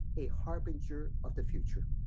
a harbinger of the future.